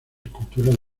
esculturas